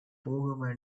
போக